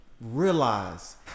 realize